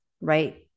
right